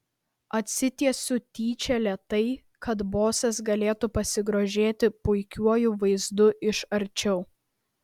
atsitiesiu tyčia lėtai kad bosas galėtų pasigrožėti puikiuoju vaizdu iš arčiau